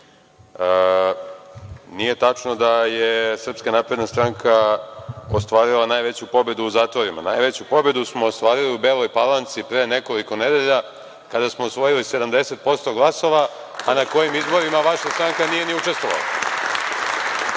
Nije tačno da je SNS ostvarila najveću pobedu u zatvorima. Najveću pobedu smo ostvarili u Beloj Palanci pre nekoliko nedelja kada smo osvojili 70% glasova, a na kojim izborima vaša stranka nije ni učestvovala. Što